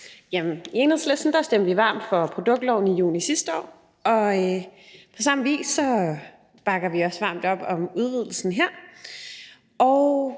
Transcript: I Enhedslisten stemte vi varmt for produktloven i juni sidste år, og på samme vis bakker vi også varmt op om udvidelsen her.